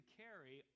carry